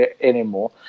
anymore